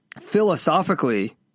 philosophically